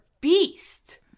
beast